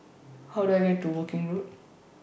How Do I get to Woking Road